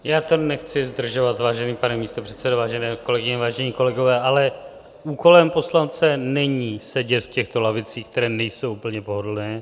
Já to nechci zdržovat, vážený pane místopředsedo, vážené kolegyně, vážení kolegové, ale úkolem poslance není sedět v těchto lavicích, které nejsou úplně pohodlné.